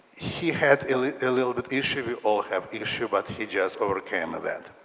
he had a little little bit issue we all have issue but he just overcame that.